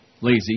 Lazy